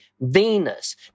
Venus